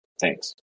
Thanks